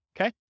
Okay